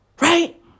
Right